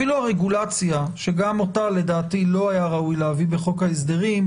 אפילו הרגולציה שגם אותה לא היה ראוי לדעתי להביא בחוק ההסדרים,